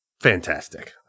fantastic